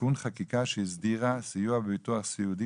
בתיקון חקיקה שהסדירה סיוע בביטוח סיעודי